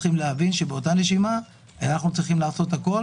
צריך להבין שבאותה נשימה אנחנו צריכים לעשות הכול